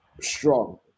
strong